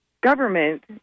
government